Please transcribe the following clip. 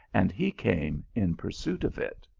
and he came in pursuit of it.